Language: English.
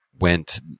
went